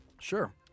Sure